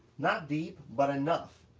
not deep, but enough.